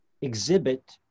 exhibit